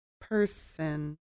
person